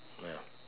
ya